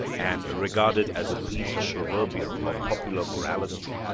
and, regarded as a piece of proverbial or popular morality,